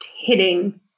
Hitting